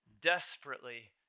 desperately